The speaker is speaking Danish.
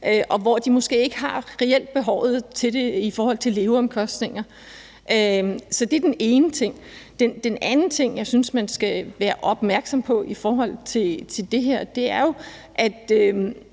og hvor de måske ikke reelt har behovet for det i forhold til leveomkostninger. Så det er den ene ting. Den anden ting, jeg synes, man skal være opmærksom på i forhold til det her, er jo, at ...